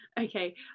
Okay